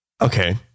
Okay